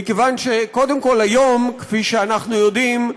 מכיוון שקודם כול, היום, כפי שאנחנו יודעים,